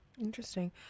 Interesting